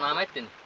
um lived in